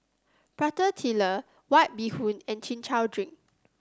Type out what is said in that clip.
Prata Telur White Bee Hoon and Chin Chow Drink